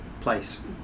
place